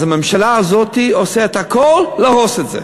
אז הממשלה הזאת עושה את הכול להרוס את זה.